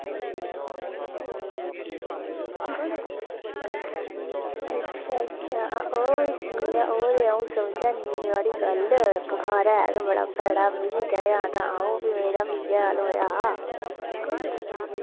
अच्छा अच्छा ओह् ते ठीक ऐ ओह् ते अ'ऊं समझा करनी आं थुआढ़ी गल्ल बखार ते ऐ गै बड़ा भैड़ा मिगी चढ़ेआ हा ते मेरा बी इ'यै हाल होआ हा